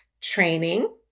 training